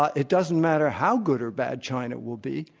ah it doesn't matter how good or bad china will be,